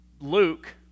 Luke